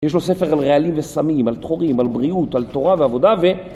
יש לו ספר על רעלים וסמים, על טחורים, על בריאות, על תורה ועבודה ו...